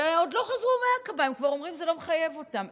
ועוד טרם חזרו מעקבה הם כבר אומרים שזה לא מחייב אותם,